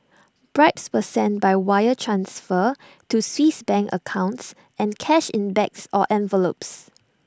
bribes were sent by wire transfer to Swiss bank accounts and cash in bags or envelopes